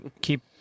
keep